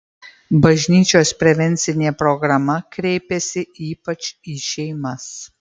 bažnyčios prevencinė programa kreipiasi ypač į šeimas